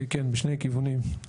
כן, בשני כיוונים.